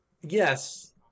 yes